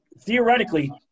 theoretically